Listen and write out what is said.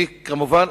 כמובן,